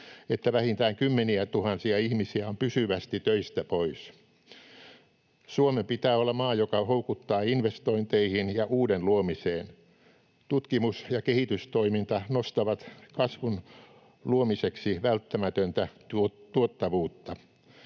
että vähintään kymmeniätuhansia ihmisiä on pysyvästi töistä pois. Suomen pitää olla maa, joka houkuttaa investointeihin ja uuden luomiseen. Tutkimus- ja kehitystoiminta nostaa kasvun luomiseksi välttämätöntä tuottavuutta.